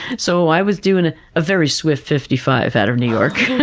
so, i was doing a very swift fifty five out of new york,